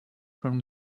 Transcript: from